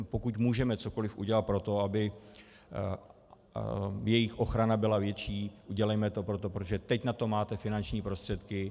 Pokud můžeme cokoliv udělat pro to, aby jejich ochrana byla větší, udělejme to, protože teď na to máte finanční prostředky.